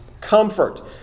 comfort